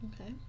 Okay